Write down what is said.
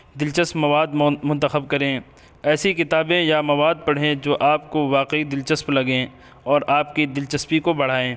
دلچسپ مواد منتخب کریں ایسی کتابیں یا مواد پڑھیں جو آپ کو واقعی دلچسپ لگیں اور آپ کی دلچسپی کو بڑھائیں